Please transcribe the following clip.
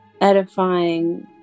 edifying